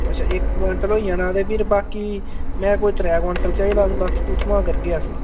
अच्छा इक क्वांटल होई जाना ते फिर बाकी में कोई त्रैऽ क्वांटल चाहिदा ते बाकी कुत्थुआं करगे अस